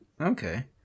Okay